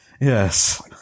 Yes